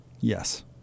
Yes